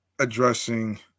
addressing